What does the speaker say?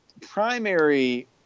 primary